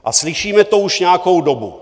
A slyšíme to už nějakou dobu.